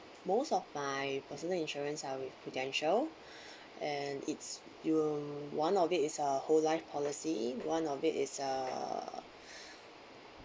most of my personal insurance are with Prudential and it's one of it is a whole life policy one of it is a uh